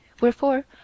Wherefore